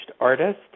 artist